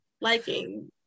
liking